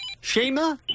Shema